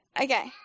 Okay